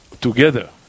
together